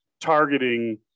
targeting